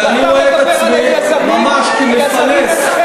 ואני רואה את עצמי ממש כמפלס,